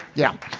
yeah